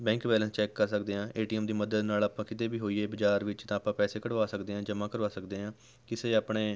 bank balance check ਕਰ ਸਕਦੇ ਹਾਂ ਏ ਟੀ ਐੱਮ ਦੀ ਮਦਦ ਨਾਲ ਆਪਾਂ ਕਿਤੇ ਵੀ ਹੋਈਏ ਬਾਜ਼ਾਰ ਵਿੱਚ ਤਾਂ ਆਪਾਂ ਪੈਸੇ ਕਢਵਾ ਸਕਦੇ ਹਾਂ ਜਮ੍ਹਾਂ ਕਰਵਾ ਸਕਦੇ ਹਾਂ ਕਿਸੇ ਆਪਣੇ